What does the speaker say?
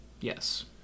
Yes